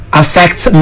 affects